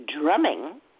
Drumming